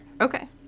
Okay